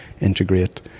integrate